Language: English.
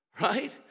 right